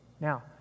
Now